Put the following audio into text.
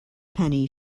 penny